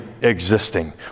existing